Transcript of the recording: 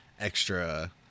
extra